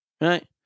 right